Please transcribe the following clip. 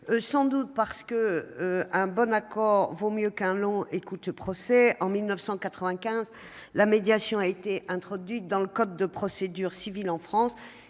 sans doute parce qu'un bon accord vaut mieux qu'un long et coûteux procès, en 1995, la médiation a été introduite dans le code de procédure civile en France